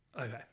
okay